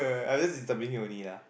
I I just disturbing you only lah